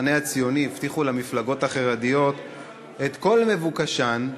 המחנה הציוני הבטיח למפלגות החרדיות את כל מבוקשן,